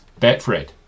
Betfred